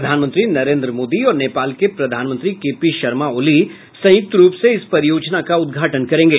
प्रधानमंत्री नरेंद्र मोदी और नेपाल के प्रधानमंत्री के पी शर्मा ओली संयुक्त रूप से इस परियोजना का उद्घाटन करेंगे